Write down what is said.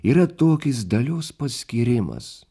yra tokis dalios paskyrimas